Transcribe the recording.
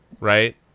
Right